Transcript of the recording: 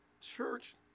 Church